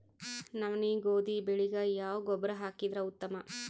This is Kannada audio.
ನವನಿ, ಗೋಧಿ ಬೆಳಿಗ ಯಾವ ಗೊಬ್ಬರ ಹಾಕಿದರ ಉತ್ತಮ?